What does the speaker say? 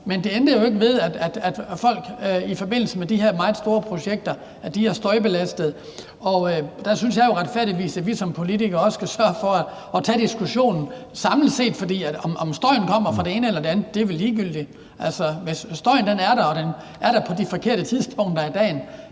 Men det ændrer jo ikke ved, at folk i forbindelse med de her meget store projekter er støjbelastede, og der synes jeg, at vi som politikere også skal sørge for at tage diskussionen samlet set, for om støjen kommer fra det ene eller det andet, er vel ligegyldigt. Altså, hvis støjen er der og den er der på de forkerte tidspunkter af dagen,